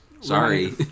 Sorry